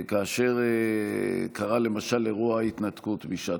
כאשר קרה בשעתו,